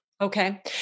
Okay